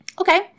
Okay